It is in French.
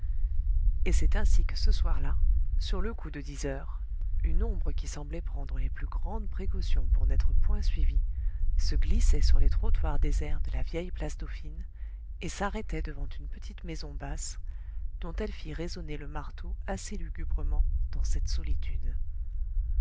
et c'est ainsi que ce soir-là sur le coup de dix heures une ombre qui semblait prendre les plus grandes précautions pour n'être point suivie se glissait sur les trottoirs déserts de la vieille place dauphine et s'arrêtait devant une petite maison basse dont elle fit résonner le marteau assez lugubrement dans cette solitude